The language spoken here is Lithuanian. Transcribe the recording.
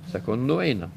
sakau nu einam